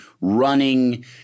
running